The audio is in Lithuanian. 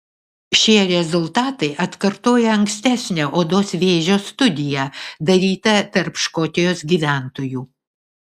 šie rezultatai atkartoja ankstesnę odos vėžio studiją darytą tarp škotijos gyventojų